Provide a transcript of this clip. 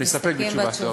להסתפק בתשובה.